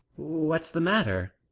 what's the matter?